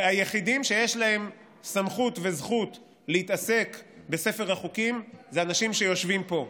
והיחידים שיש להם סמכות וזכות להתעסק בספר החוקים זה האנשים שיושבים פה.